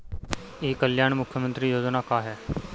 ई कल्याण मुख्य्मंत्री योजना का है?